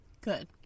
Good